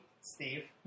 Steve